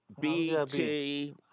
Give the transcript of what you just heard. B-T